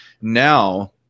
now –